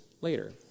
later